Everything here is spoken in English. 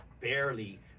barely